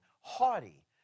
haughty